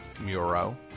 Muro